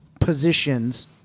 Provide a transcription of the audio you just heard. positions